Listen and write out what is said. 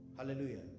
Hallelujah